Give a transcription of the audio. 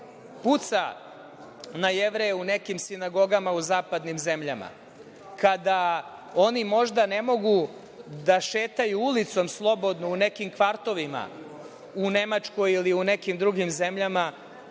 puca na Jevreje u nekim sinagogama u zapadnim zemljama, kada oni možda ne mogu da šetaju ulicom slobodno u nekim kvartovima u Nemačkoj ili u nekim drugim zemljama,